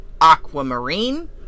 aquamarine